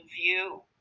view